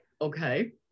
okay